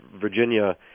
Virginia